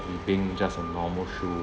it being just a normal shoe